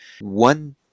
One